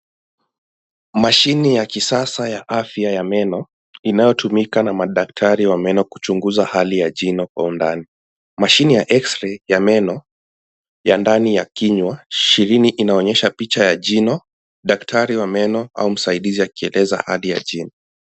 Mashini ya kisasa ya afya ya meno inaotumika na madaktari wa meno kuchunguza hali ya jino kwa undani. Mashine ya eksrei ya meno ya ndani ya kinywa shihini inaonyesha picha ya jino daktari wa meno au msaidizi akieleza hali ya jino.